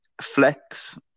Flex